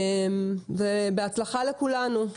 בהצלחה לכולנו.